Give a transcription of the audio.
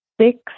six